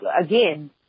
again